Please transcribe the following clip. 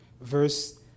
verse